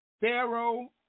Pharaoh